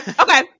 okay